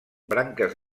branques